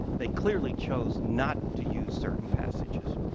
they clearly chose not to use certain passages.